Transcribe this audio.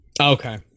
Okay